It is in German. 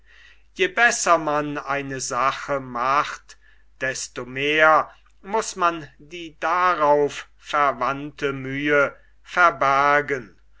je besser man eine sache macht desto mehr muß man die darauf verwandte mühe verbergen